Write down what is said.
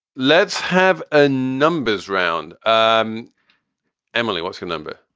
let's have a numbers round. um emily, what's your number?